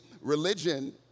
religion